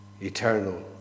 eternal